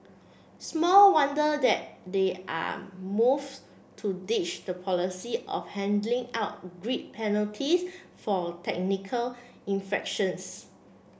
small wonder that there are moves to ditch the policy of handing out grid penalties for technical infractions